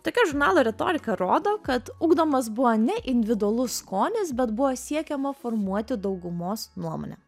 tokia žurnalo retorika rodo kad ugdomas buvo ne individualus skonis bet buvo siekiama formuoti daugumos nuomonę